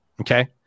Okay